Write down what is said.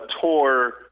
tour